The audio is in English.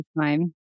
time